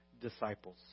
disciples